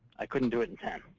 i couldn't do it in ten.